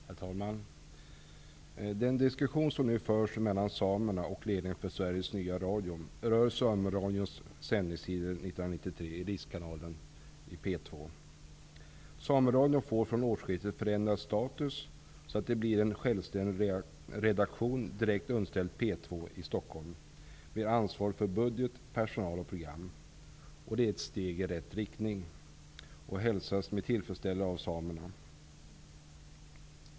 Herr talman! Den diskussion som samerna och ledningen för Sveriges nya radio nu för berör Det blir en självständig redaktion direkt underställd P 2 i Stockholm med ansvar för budget, personal och program. Det är ett steg i rätt riktning och hälsas med tillfredsställelse av samerna.